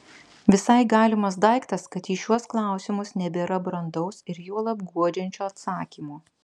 visai galimas daiktas kad į šiuos klausimus nebėra brandaus ir juolab guodžiančio atsakymo